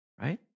right